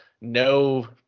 no